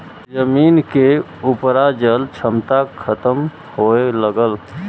जमीन के उपराजल क्षमता खतम होए लगल